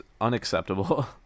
unacceptable